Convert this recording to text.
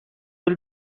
will